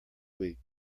week